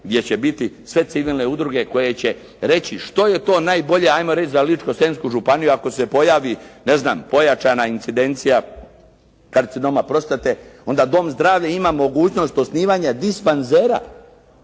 gdje će biti sve civilne udruge koje će reći što je to najbolje, hajmo reći za Ličko-senjsku županiju ako se pojavi, ne znam pojačana incidencija karcinoma prostate, onda dom zdravlja ima mogućnost osnivanja dispanzera